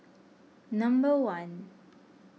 number one